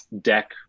deck